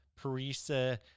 parisa